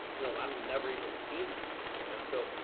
you know, a lot of them never even seen the house, man. so,